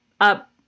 up